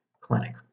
clinic